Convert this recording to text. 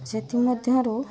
ସେଥିମଧ୍ୟରୁ